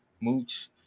Mooch